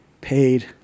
paid